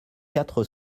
quatre